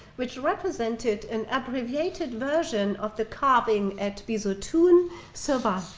which represented an abbreviated version of the carving at bisotun so but